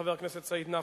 חבר הכנסת סעיד נפאע.